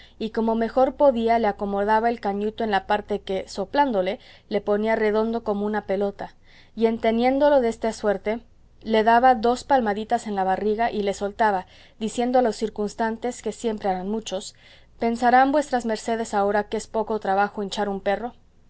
y como mejor podía le acomodaba el cañuto en la parte que soplándole le ponía redondo como una pelota y en teniéndolo desta suerte le daba dos palmaditas en la barriga y le soltaba diciendo a los circunstantes que siempre eran muchos pensarán vuestras mercedes ahora que es poco trabajo hinchar un perro